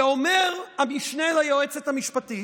ואומר המשנה ליועצת המשפטית: